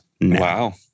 Wow